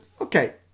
okay